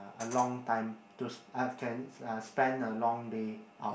a long time to I can uh spend a long day out